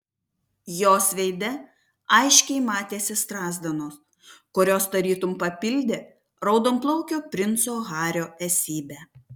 jos veide aiškiai matėsi strazdanos kurios tarytum papildė raudonplaukio princo hario esybę